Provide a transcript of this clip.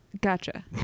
Gotcha